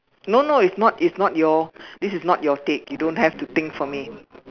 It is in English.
no no it's not it's not your this is not your take you don't have to think for me